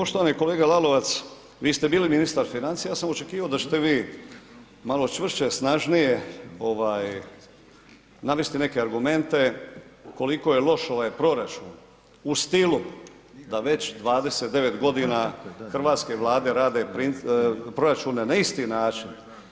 Poštovani kolega Lalovac, vi ste bili ministar financija ja sam očekivao da ćete vi malo čvršće, snažnije ovaj navesti neke argumente koliko je loš ovaj proračun u stilu da već 29 godina hrvatske vlade rade proračune na isti način.